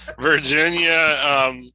Virginia